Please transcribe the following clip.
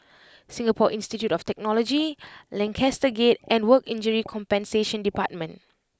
Singapore Institute of Technology Lancaster Gate and Work Injury Compensation Department